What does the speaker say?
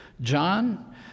John